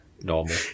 normal